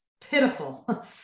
pitiful